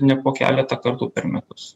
ne po keletą kartų per metus